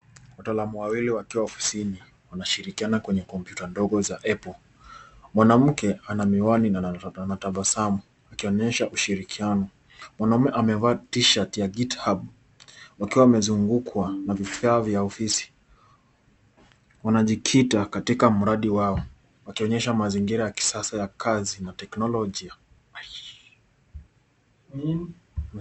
Wataalamu wawili wakiwa ofisini wanashirikiana kwenye kompyuta ndogo za Apple. Mwanamke ana miwani na anatabasamu akionyesha ushirikiano. Mwanaume amevalia T-shirt ya GitHub, wakiwa wamezungukwa na vifaa vya ofisi. Wanajikita katika mradi wao, wakionyesha mazingira ya kisasa ya kazi na technology .